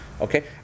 Okay